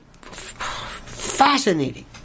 fascinating